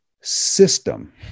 system